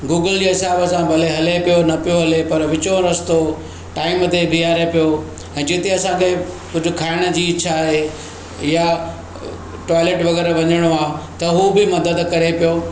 Google जे हिसाबु सां भले हले पियो न पियो हले पर विचों रस्तो टाइम ते बीहारे पियो ऐं जित्ते असांखे कुझु खाइण जी इच्छा आहे या टॉयलेट वग़ैरह वञिणो आहे त हू बि मददु करे पियो